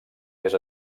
més